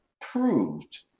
proved